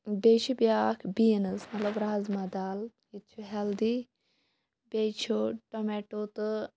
بیٚیہِ چھِ black beans مطلب رازما دال یہِ تہِ چھُ ہٮ۪لدی بیٚیہِ چھُ ٹوٚمیٹو تہٕ